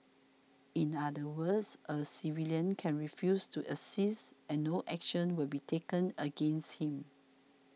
in other words a civilian can refuse to assist and no action will be taken against him